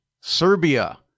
serbia